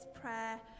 prayer